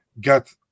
get